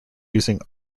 using